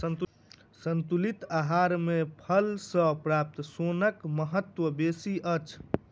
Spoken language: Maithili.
संतुलित आहार मे फल सॅ प्राप्त सोनक महत्व बेसी अछि